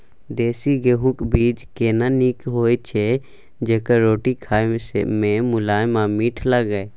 देसी गेहूँ बीज केना नीक होय छै जेकर रोटी खाय मे मुलायम आ मीठ लागय?